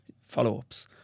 follow-ups